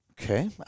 Okay